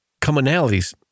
commonalities